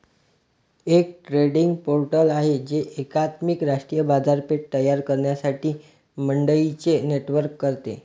एक trading portal आहे जे एकात्मिक राष्ट्रीय बाजारपेठ तयार करण्यासाठी मंडईंचे नेटवर्क करते